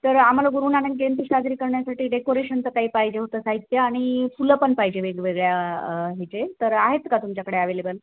तर आम्हाला गुरु नानक जयंती साजरी करण्यासाठी डेकोरेशनचं काही पाहिजे होतं साहित्य आणि फुलं पण पाहिजे वेगवेगळ्या हेचे तर आहेत का तुमच्याकडे अवेलेबल